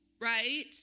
right